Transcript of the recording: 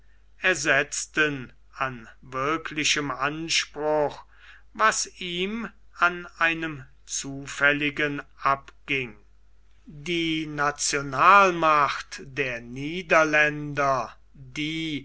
ersetzten an wirklichem anspruch was ihm an einem zufälligen abging meteren i